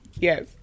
Yes